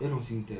are you sure